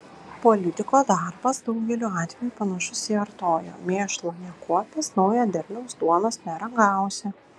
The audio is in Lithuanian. politiko darbas daugeliu atvejų panašus į artojo mėšlo nekuopęs naujo derliaus duonos neragausi